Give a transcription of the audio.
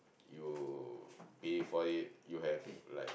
you pay for it you have like